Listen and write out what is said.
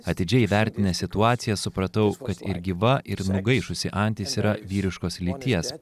atidžiai įvertinęs situaciją supratau kad ir gyva ir nugaišusi antis yra vyriškos lyties